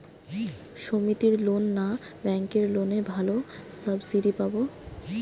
সমিতির লোন না ব্যাঙ্কের লোনে ভালো সাবসিডি পাব?